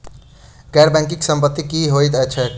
गैर बैंकिंग संपति की होइत छैक?